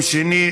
נתקבלה.